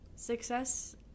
success